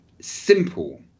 simple